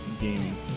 gaming